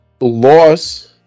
Loss